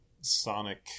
sonic